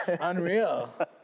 unreal